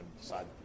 decide